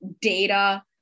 data